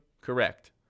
Correct